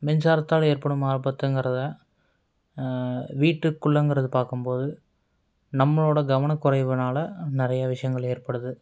மின்சாரத்தால் ஏற்படும் ஆபத்துங்குறதை வீட்டுக்குள்ளேங்குறத பார்க்கும்போது நம்மளோட கவனக்குறைவுனால் நிறைய விஷயங்கள் ஏற்படுது